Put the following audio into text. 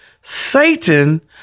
Satan